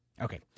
Okay